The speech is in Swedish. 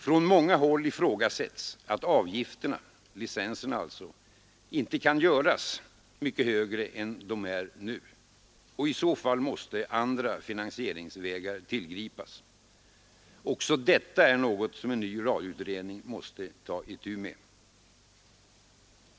Från många håll ifrågasätts om avgifterna — licenserna — kan göras mycket högre än de är nu. I så fall måste andra finansieringsvägar tillgripas. Också detta är något som en ny radioutredning måste ta itu med.